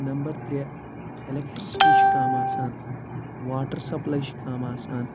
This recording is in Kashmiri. نمبر ترٛےٚ اؠلؠکٹِرٛکسٹی چھِ کَم آسان واٹَر سَپلاے چھِ کَم آسان